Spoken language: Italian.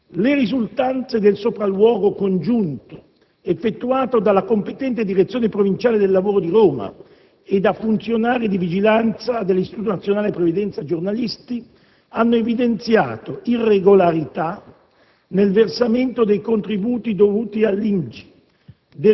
Le risultanze del sopralluogo congiunto, effettuato dalla competente Direzione provinciale del lavoro di Roma e da funzionari di vigilanza dell'Istituto nazionale previdenza giornalisti (INPGI), hanno evidenziato irregolarità nel versamento dei contributi dovuti all'INPGI,